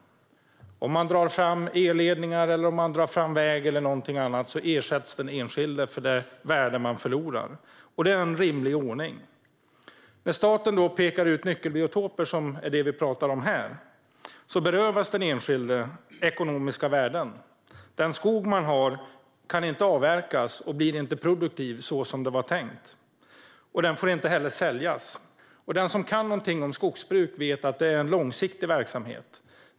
Om staten drar fram elledningar, väg eller någonting annat ersätts den enskilde för det värde man förlorar. Det är en rimlig ordning. När staten då pekar ut nyckelbiotoper, som är det vi talar om här, berövas den enskilde ekonomiska värden. Den skog man har kan inte avverkas och blir inte produktiv så som det var tänkt. Den får inte heller säljas. Den som kan någonting om skogsbruk vet att det är en långsiktig verksamhet.